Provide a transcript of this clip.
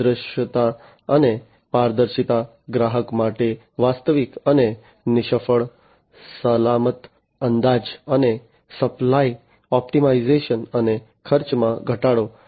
ઉચ્ચ દૃશ્યતા અને પારદર્શિતા ગ્રાહકો માટે વાસ્તવિક અને નિષ્ફળ સલામત અંદાજ અને સપ્લાય ઑપ્ટિમાઇઝેશન અને ખર્ચમાં ઘટાડો